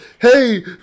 hey